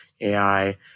AI